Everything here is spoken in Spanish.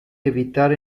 evitar